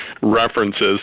references